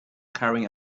carrying